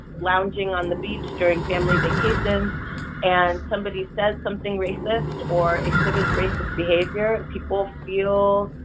lounging on the beach during family vacations and somebody said something racist or exhibits racist behavior, and people feel